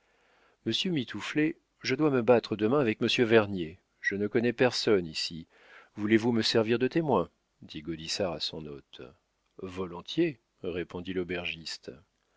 monsieur mitouflet je dois me battre demain avec monsieur vernier je ne connais personne ici voulez-vous me servir de témoin dit gaudissart à son hôte volontiers répondit l'aubergiste